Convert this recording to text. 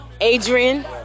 Adrian